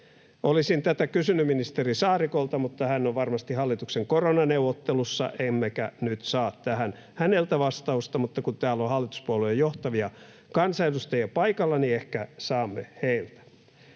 Olisin tätä kysynyt ministeri Saarikolta, mutta hän on varmasti hallituksen koronaneuvottelussa, emmekä nyt saa tähän häneltä vastausta, mutta kun täällä on hallituspuolueiden johtavia kansanedustajia paikalla, niin ehkä saamme heiltä.